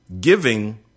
giving